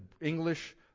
English